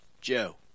Joe